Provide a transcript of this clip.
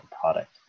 product